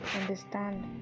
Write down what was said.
understand